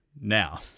Now